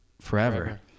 forever